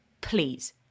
Please